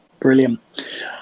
Brilliant